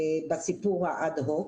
בסיפור האד-הוק,